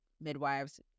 midwives